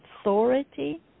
authority